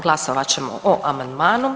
Glasovat ćemo o amandmanu.